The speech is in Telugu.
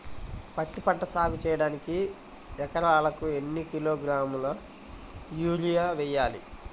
పత్తిపంట సాగు చేయడానికి ఎకరాలకు ఎన్ని కిలోగ్రాముల యూరియా వేయాలి?